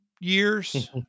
years